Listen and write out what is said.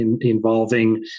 involving